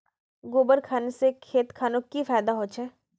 गोबर खान से खेत खानोक की फायदा होछै?